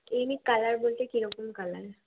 unique colour বলতে কী রকম কালার